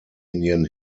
indian